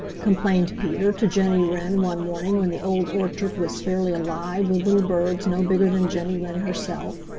complained peter to jenny wren one morning when the old orchard was fairly alive with little birds no bigger than jenny wren herself.